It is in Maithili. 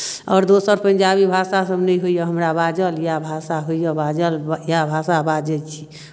आओर दोसर पंजाबी भाषासभ नहि होइए हमरा बाजल इएह भाषा होइए बाजल इएह भाषा बाजै छी